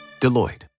Deloitte